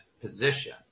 position